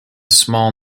small